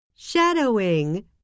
Shadowing